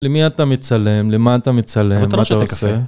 למי אתה מצלם? למה אתה מצלם? מה אתה עושה?